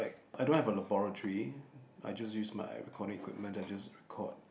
like I don't have a laboratory I just use my recording equipment I just record